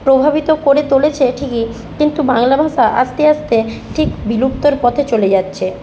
প্রভাবিত করে তুলেছে ঠিকই কিন্তু বাংলা ভাষা আস্তে আস্তে ঠিক বিলুপ্তর পথে চলে যাচ্ছে